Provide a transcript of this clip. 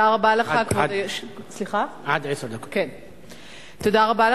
הצעה לסדר-היום